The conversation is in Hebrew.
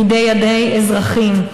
בידי אזרחים,